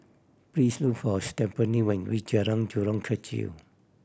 please look for Stephani when you reach Jalan Jurong Kechil